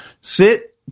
sit